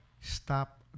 stop